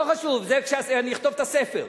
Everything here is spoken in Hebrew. לא חשוב, זה כשאני אכתוב את הספר.